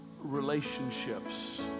relationships